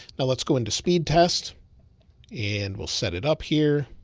now let's go into speed test and we'll set it up here